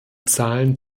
zahlen